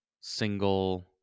single